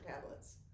tablets